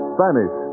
Spanish